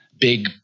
big